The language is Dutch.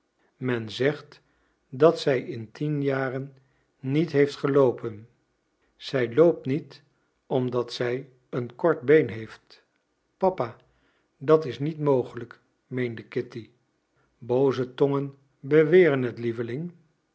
men zegt dat zij in tien jaren niet heeft geloopen zij loopt niet omdat zij een kort been heeft papa dat is niet mogelijk meende kitty booze tongen beweren het lieveling